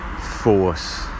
Force